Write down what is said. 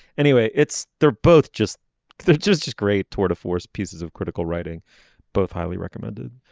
anyway it's they're both just they're just just great tour de force pieces of critical writing both highly recommended.